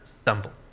stumble